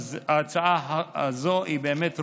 וההצעה הזאת באמת ראויה.